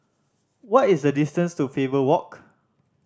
what is the distance to Faber Walk